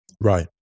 Right